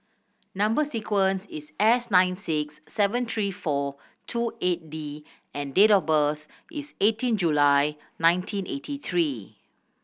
number sequence is S nine six seven three four two eight D and date of birth is eighteen July nineteen eighty three